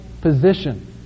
position